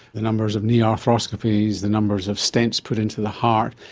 the numbers of knee arthroscopies, the numbers of stents put into the heart,